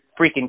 freaking